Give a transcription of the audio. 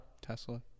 Tesla